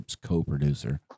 co-producer